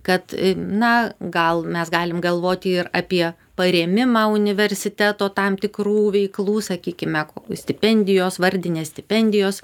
kad na gal mes galim galvoti ir apie parėmimą universiteto tam tikrų veiklų sakykime stipendijos vardinės stipendijos